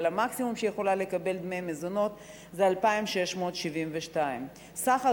אבל המקסימום שהיא יכולה לקבל כדמי מזונות זה 2,672 שקלים.